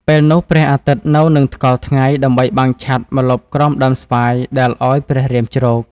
ពេលនោះព្រះអាទិត្យនៅនឹងថ្កល់ថ្ងៃ ដើម្បីបាំងឆ័ត្រម្លប់ក្រោមដើមស្វាយដែលឱ្យព្រះរាមជ្រក។